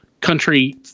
country